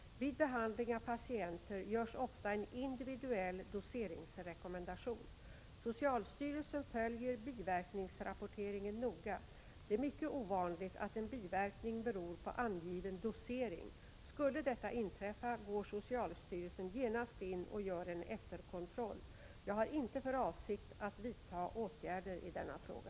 Vid behandling av patienter görs ofta en individuell doseringsrekommendation. Socialstyrelsen följer biverkningsrapporteringen noga. Det är mycket ovanligt att en biverkning beror på angiven dosering. Skulle detta inträffa går socialstyrelsen genast in och gör en efterkontroll. Jag har inte för avsikt att vidta åtgärder i denna fråga.